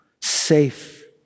safe